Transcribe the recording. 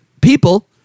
people